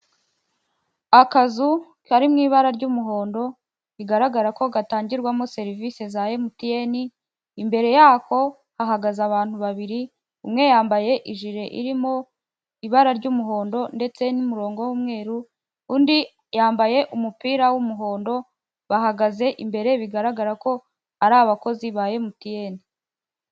Akazu kari mu ibara ry'umuhondo, bigaragara ko gatangirwamo serivise za MTN, imbere yako hagaze abantu babiri, umwe yambaye ijire irimo ibara ry'umuhondo, ndetse n'umurongo w'umweru, undi yambaye umupira w'umuhondo bahagaze imbere bigaragara ko ari abakozi ba MTN.